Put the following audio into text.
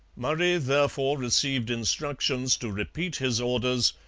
murray therefore received instructions to repeat his orders,